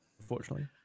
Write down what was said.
unfortunately